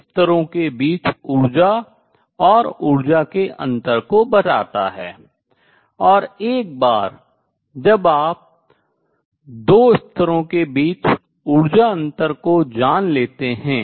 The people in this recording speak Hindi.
तो यह 2 स्तरों के बीच ऊर्जा और ऊर्जा के अंतर को बताता है और एक बार जब आप 2 स्तरों के बीच ऊर्जा अंतर को जान लेते हैं